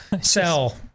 sell